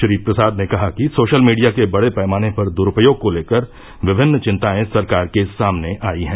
श्री प्रसाद ने कहा कि सोशल मीडिया के बड़े पैमाने पर दुरुपयोग को लेकर विभिन्न चिंताएं सरकार के सामने आई हैं